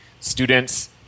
Students